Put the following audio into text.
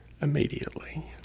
immediately